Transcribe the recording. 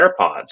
AirPods